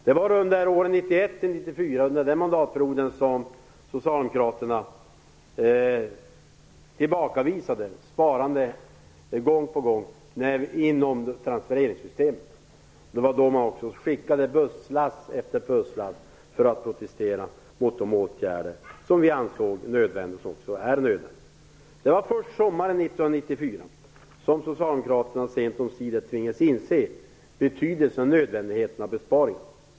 Det var under mandatperioden 1991-1994 som Socialdemokraterna gång på gång tillbakavisade sparande inom transfereringssystemet. Det var då man skickade busslast efter busslast för att protestera mot de åtgärder som vi ansåg nödvändiga och som är nödvändiga. Det var först sommaren 1994 som Socialdemokraterna sent omsider tvingades inse betydelsen och nödvändigheten av besparingar.